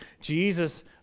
Jesus